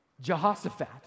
Jehoshaphat